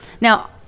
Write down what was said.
Now